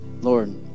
Lord